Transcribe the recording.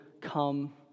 come